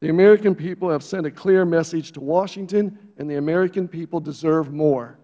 the american people have sent a clear message to washington and the american people deserve more